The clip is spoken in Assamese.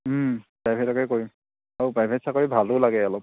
প্ৰাইভেটকে কৰিম আৰু প্ৰাইভেট চাকৰি ভালো লাগে অলপ